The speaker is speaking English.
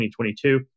2022